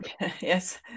Yes